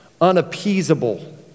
unappeasable